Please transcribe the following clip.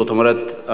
זאת אומרת,